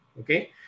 Okay